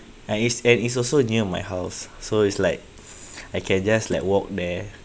and it's and is also near my house so is like I can just like walk there